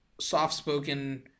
soft-spoken